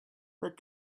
but